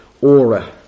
aura